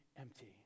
empty